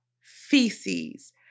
feces